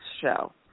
show